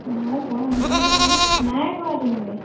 ময়ো কৰা হোৱাই নাই বোলো নাই কৰা তেনেকৈ